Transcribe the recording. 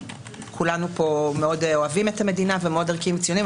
שכולנו פה מאוד אוהבים את המדינה ומאוד ערכיים וציוניים,